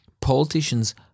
politicians